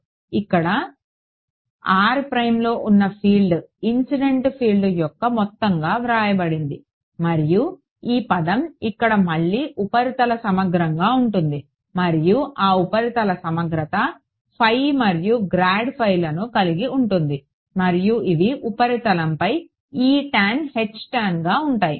కాబట్టి ఇక్కడ r ప్రైమ్లో ఉన్న ఫీల్డ్ ఇన్సిడెంట్ ఫీల్డ్ యొక్క మొత్తంగా వ్రాయబడింది మరియు ఈ పదం ఇక్కడ మళ్లీ ఉపరితల సమగ్రంగా ఉంటుంది మరియు ఆ ఉపరితల సమగ్రత మరియు గ్రాడ్ ను కలిగి ఉంటుంది మరియు ఇవి ఉపరితలంపై Etan Htan గా ఉంటాయి